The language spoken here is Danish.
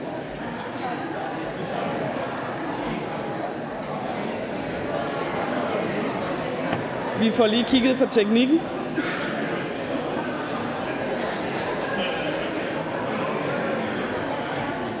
Vi får lige kigget på teknikken.